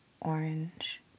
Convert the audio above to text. orange